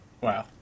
Wow